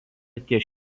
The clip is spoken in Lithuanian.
ties